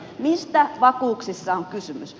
mistä vakuuksissa on kysymys